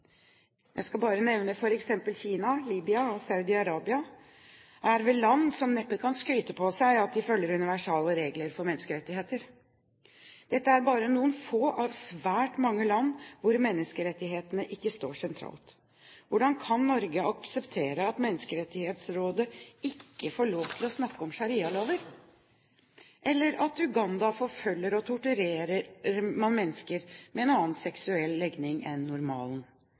Jeg vil bare nevne f.eks. Kina, Libya og Saudi-Arabia, som vel er land som neppe kan skryte på seg at de følger universelle regler for menneskerettigheter. Dette er bare noen få av svært mange land hvor menneskerettighetene ikke står sentralt. Hvordan kan Norge akseptere at Menneskerettighetsrådet ikke får lov til å snakke om sharialover, at man i Uganda forfølger og torturerer mennesker med en annen seksuell legning enn